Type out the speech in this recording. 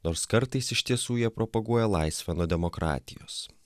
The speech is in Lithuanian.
nors kartais iš tiesų jie propaguoja laisvę nuo demokratijos